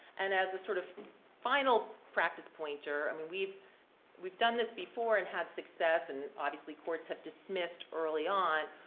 and as a sort of final practice pointer, i mean we've we've done this before and had success and obviously courts have dismissed early on,